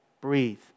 breathe